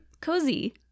cozy